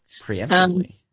preemptively